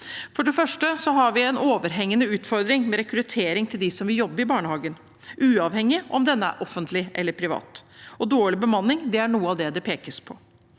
For det første har vi en overhengende utfordring med rekruttering av dem som vil jobbe i barnehagen – uavhengig av om den er offentlig eller privat. Dårlig bemanning er noe av det som pekes på.